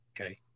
okay